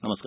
नमस्कार